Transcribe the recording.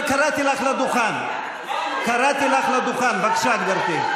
לנסות, בבקשה, גברתי,